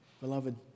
Beloved